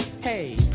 Hey